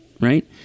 right